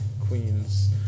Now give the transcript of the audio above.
Queens